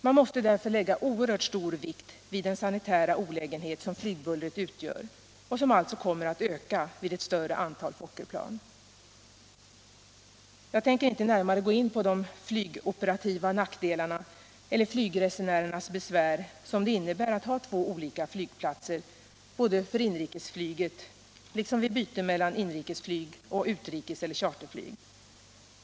Man måste därför lägga en oerhört stor vikt vid den sanitära olägenhet som flygbullret utgör och som kommer att öka vid ett större antal Fokkerplan. Jag tänker inte närmare gå in på de flygoperativa nackdelarna eller flygresenärernas besvär med två olika flygplatser, både för inrikesflyg och för byte mellan inrikesflyg och utrikes eller charterflyg.